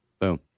Boom